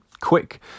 quick